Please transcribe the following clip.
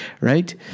Right